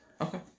Okay